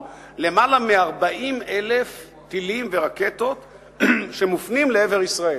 למעלה מ-40,000 טילים ורקטות שמופנים לעבר ישראל.